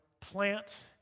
plant